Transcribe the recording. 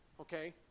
okay